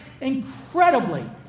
incredibly